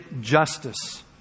justice